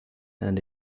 and